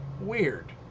Weird